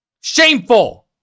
Shameful